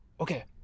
okay